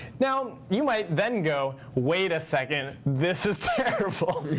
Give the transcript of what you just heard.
now, you might then go, wait a second. this is terrible.